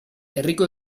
herriko